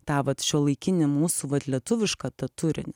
tą vat šiuolaikinį mūsų vat lietuvišką tą turinį